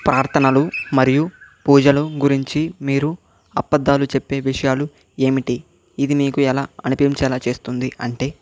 ప్రార్థనలు మరియు పూజలు గురించి మీరు అబద్ధాలు చెప్పే విషయాలు ఏమిటి ఇది నీకు ఎలా అనిపించేలా చేస్తుంది అంటే